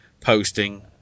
posting